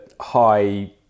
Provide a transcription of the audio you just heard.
high